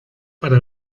para